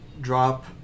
drop